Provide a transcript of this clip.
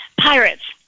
pirates